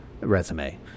resume